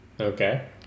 Okay